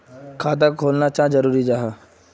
खाता खोलना चाँ जरुरी जाहा?